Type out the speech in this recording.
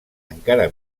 encara